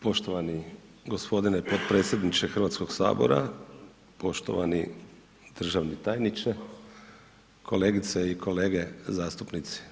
Poštovani gospodine potpredsjedniče Hrvatskog sabora, poštovani državni tajniče, kolegice i kolege zastupnici.